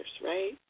right